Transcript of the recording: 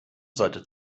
sollte